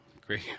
Great